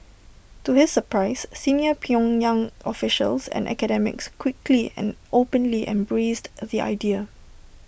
to his surprise senior pyongyang officials and academics quickly and openly embraced the idea